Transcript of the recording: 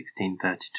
1632